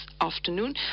afternoon